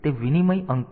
તેથી તે વિનિમય અંક છે